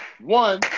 One